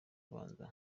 abanza